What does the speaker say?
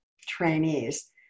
trainees